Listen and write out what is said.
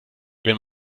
wenn